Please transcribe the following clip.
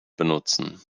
benutzen